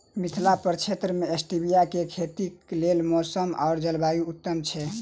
मिथिला प्रक्षेत्र मे स्टीबिया केँ खेतीक लेल मौसम आ जलवायु उत्तम छै?